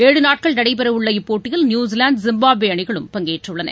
ஏழு நாட்கள் நடைபெறவுள்ள இப்போட்டியில் நியுஸிலாந்து ஜிம்பாப்வே அணிகளும் பங்கேற்றுள்ளன